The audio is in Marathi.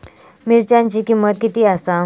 मिरच्यांची किंमत किती आसा?